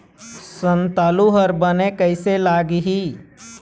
संतालु हर बने कैसे लागिही?